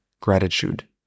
gratitude